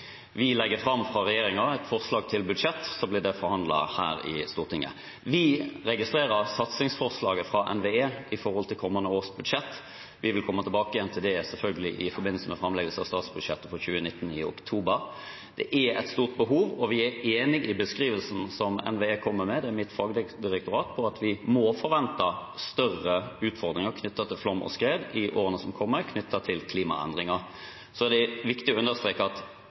legger fram et forslag til budsjett, og så blir det forhandlet her i Stortinget. Vi registrerer satsingsforslaget fra NVE når det gjelder kommende års budsjett. Vi vil komme tilbake igjen til det – selvfølgelig – i forbindelse med framleggelse av statsbudsjettet for 2019 i oktober. Det er et stort behov, og vi er enig i beskrivelsen som NVE kommer med – det er mitt fagdirektorat – om at vi må forvente større utfordringer knyttet til flom og skred i årene som kommer, knyttet til klimaendringer. Så er det viktig å understreke at